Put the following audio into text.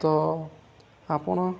ତ ଆପଣ